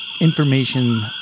information